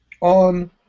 on